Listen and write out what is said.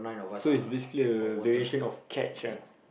so it's basically a variation of catch ah